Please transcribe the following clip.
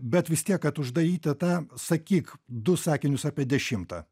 bet vis tiek kad uždaryti tą sakyk du sakinius apie dešimtą